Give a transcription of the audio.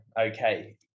Okay